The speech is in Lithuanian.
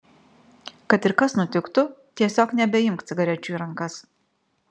kad ir kas nutiktų tiesiog nebeimk cigarečių į rankas